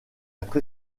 être